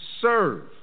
serve